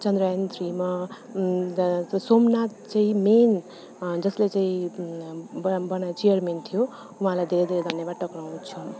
चन्द्रयानथ्रिमा त्यहाँ त्यो सोमनाथ चाहिँ मेन जसले चाहिँ बना बना चेयरमेन थियो उहाँलाई धेरै धेरै धन्यवाद टक्र्याउँछु